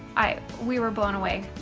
i, we were blown away.